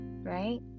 right